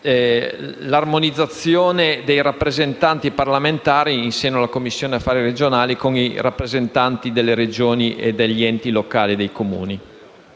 l'armonizzazione dei rappresentanti parlamentari in seno alla Commissione affari regionali con i rappresentanti delle Regioni, degli enti locali e dei Comuni.